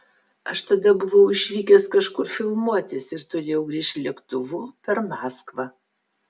aš tada buvau išvykęs kažkur filmuotis ir turėjau grįžt lėktuvu per maskvą